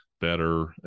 better